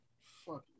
Fuck